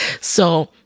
So-